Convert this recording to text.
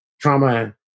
trauma